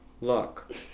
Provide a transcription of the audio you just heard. look